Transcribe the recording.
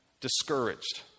discouraged